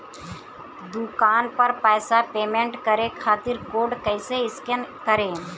दूकान पर पैसा पेमेंट करे खातिर कोड कैसे स्कैन करेम?